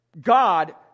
God